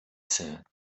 said